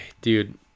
dude